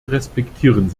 respektieren